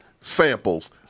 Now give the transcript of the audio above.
samples